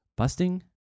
Busting